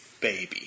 baby